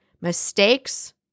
Mistakes